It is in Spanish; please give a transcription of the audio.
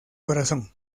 corazón